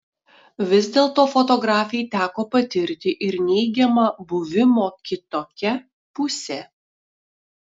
vis dėlto fotografei teko patirti ir neigiamą buvimo kitokia pusę